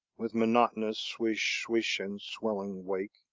with monotonous swish-swish and swelling wake.